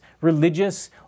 religious